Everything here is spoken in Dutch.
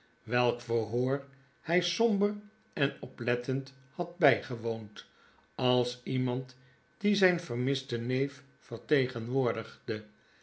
welk verhoor hij somber en oplettend had bijgewoond als iemand die zyn vermisten neef vertegenwoordigde